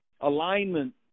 Alignment